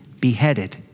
beheaded